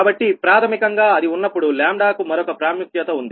కాబట్టి ప్రాథమికంగా అది ఉన్నపుడు కు మరొక ప్రాముఖ్యత ఉంది